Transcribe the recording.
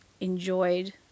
enjoyed